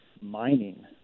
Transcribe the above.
mining